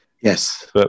Yes